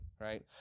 right